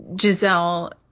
Giselle